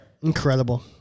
Incredible